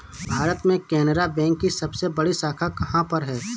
भारत में केनरा बैंक की सबसे बड़ी शाखा कहाँ पर है?